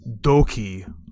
Doki